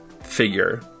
figure